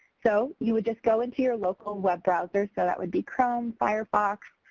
so, you would just go into your local web browser so that would be chrome, firefox,